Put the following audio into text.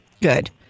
Good